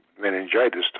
meningitis